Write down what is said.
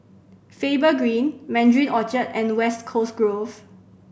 Faber Green Mandarin Orchard and West Coast Grove